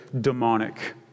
demonic